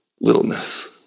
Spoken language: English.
littleness